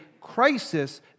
crisis